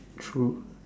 true